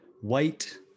white